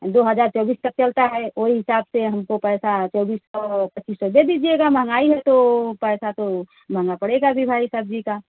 दो हज़ार चौबिस तक चलता है वह हिसाब से हमको पैसा चौबीस सौ पच्चीस सौ दे दीजिएगा महंगाई है तो पैसा तो मांगना पड़ेगा भी भाई सब्ज़ी का